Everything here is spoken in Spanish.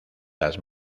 las